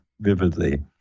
vividly